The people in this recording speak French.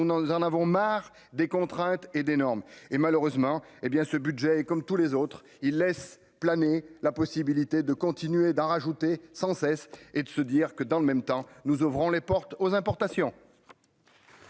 nous en avons marre des contraintes et d'énormes et, malheureusement, hé bien ce budget comme tous les autres ils laisse planer la possibilité de continuer d'en rajouter sans cesse et de se dire que dans le même temps nous ouvrant les portes aux importations.